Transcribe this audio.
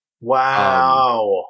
Wow